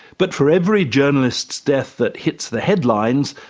but for every journalist's death that hits the headlines,